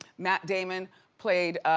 matt damon played